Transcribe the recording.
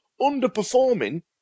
underperforming